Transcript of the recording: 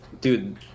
Dude